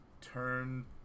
turn